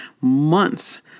months